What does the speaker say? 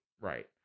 Right